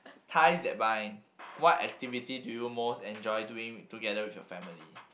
ties that bind what activity do you most enjoy doing together with your family